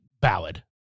ballad